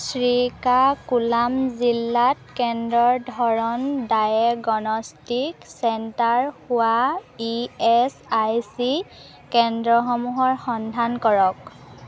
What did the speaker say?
শ্ৰীকাকুলাম জিলাত কেন্দ্ৰৰ ধৰণ ডায়েগনষ্টিক চেণ্টাৰ হোৱা ই এচ আই চি কেন্দ্ৰসমূহৰ সন্ধান কৰক